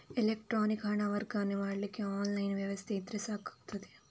electronic ಹಣ ವರ್ಗಾವಣೆ ಮಾಡ್ಲಿಕ್ಕೆ ಆನ್ಲೈನ್ ವ್ಯವಸ್ಥೆ ಇದ್ರೆ ಸಾಕಾಗ್ತದೆ